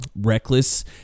reckless